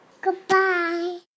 Goodbye